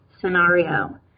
scenario